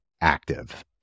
active